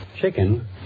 Chicken